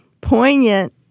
poignant